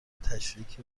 تشریک